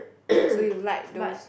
so you like those